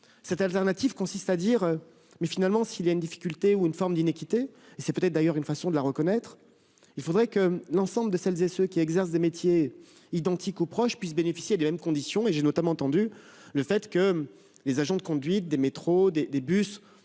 interventions : s'il existe une difficulté ou une forme d'iniquité- c'est peut-être, d'ailleurs, une façon de la reconnaître -, il faudrait que l'ensemble de celles et de ceux qui exercent des métiers identiques ou proches puissent bénéficier des mêmes conditions. J'ai notamment entendu que les agents de conduite des métros et des bus